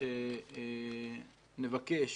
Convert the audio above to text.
שנבקש